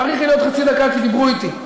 תאריכי לי בעוד חצי דקה, כי דיברו אתי.